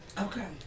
Okay